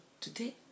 today